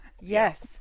yes